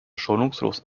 schonungslos